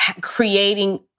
creating